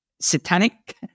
satanic